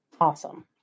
Awesome